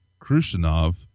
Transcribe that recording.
Krushinov